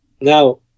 Now